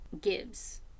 gives